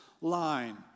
line